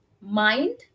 mind